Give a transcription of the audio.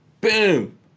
Boom